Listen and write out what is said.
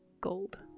gold